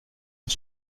est